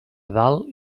dalt